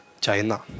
China